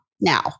now